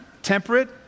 Temperate